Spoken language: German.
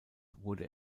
wurde